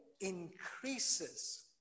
increases